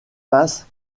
passent